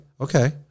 Okay